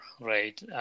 right